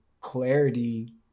clarity